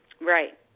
Right